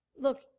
Look